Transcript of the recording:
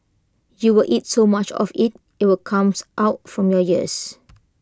you will eat so much of IT it will comes out from your ears